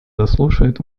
заслушает